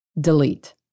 delete